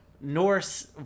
Norse